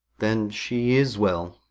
then she is well,